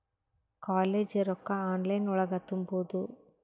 College ರೊಕ್ಕ online ಒಳಗ ತುಂಬುದು?